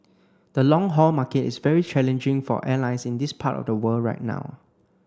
the long haul market is very challenging for airlines in this part of the world right now